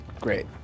great